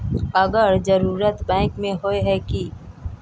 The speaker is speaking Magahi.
अगर जरूरत बैंक में होय है की?